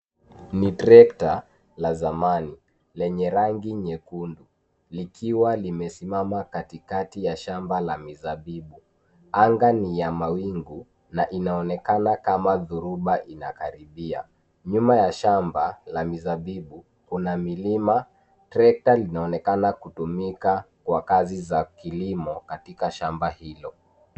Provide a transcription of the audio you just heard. Ni trekta, la zamani, lenye rangi nyekundu, likiwa zimesimama katikati ya shamba la mizabibu, anga ni ya mawingu, na inaonekana kama dhoruba inakaribia, nyuma ya shamba, la mizabibu, kuna milima, trekta linaonekana kutumika kwa kazi za kilimo, katika shamba hilo.